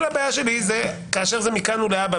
כל הבעיה שלי זה כאשר זה מכאן ולהבא,